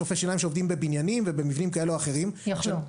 רופאי שיניים שעובדים בבניינים ובמבנים כאלה או אחרים --- יוכלו.